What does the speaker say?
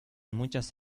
muchas